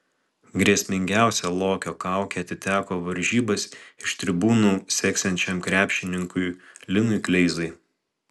grėsmingiausia lokio kaukė atiteko varžybas iš tribūnų seksiančiam krepšininkui linui kleizai